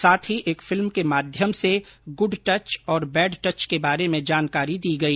साथ ही एक फिल्म के माध्यम से गुड टच और बेड टच के बारे में जानकारी दी गई